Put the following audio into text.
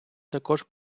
також